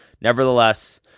nevertheless